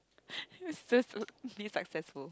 be successful